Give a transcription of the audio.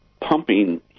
pumping